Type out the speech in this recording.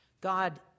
God